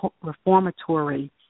reformatory